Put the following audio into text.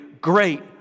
great